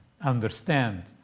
understand